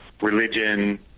religion